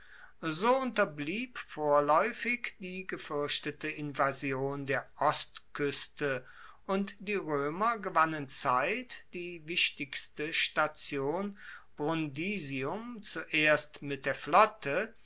so unterblieb vorlaeufig die gefuerchtete invasion der ostkueste und die roemer gewannen zeit die wichtigste station brundisium zuerst mit der flotte